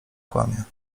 kłamie